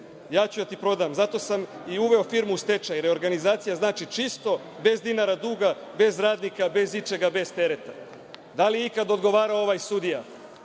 ja ću da ti prodam, zato sam i uveo firmu u stečaj, reorganizacija znači čisto, bez dinara duga, bez radnika, bez ičega, bez tereta. Da li je ikada odgovarao ovaj sudija?